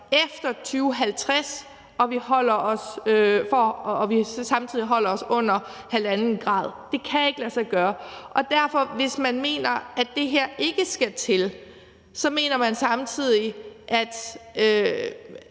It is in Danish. efter 2050, hvis vi samtidig skal holde os under 1,5 grad – det kan ikke lade sig gøre. Hvis man mener, at det her ikke skal til, har man derfor